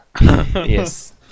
Yes